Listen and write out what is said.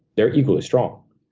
they're equally strong.